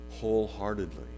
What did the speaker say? wholeheartedly